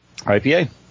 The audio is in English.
IPA